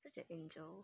such an angel